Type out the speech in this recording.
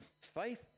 faith